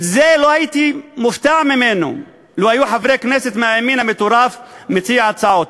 לא הייתי מופתע לו היו חברי כנסת מהימין המטורף מציעים הצעות,